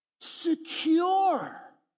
secure